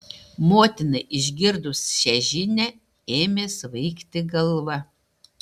motinai išgirdus šią žinią ėmė svaigti galva